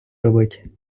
робить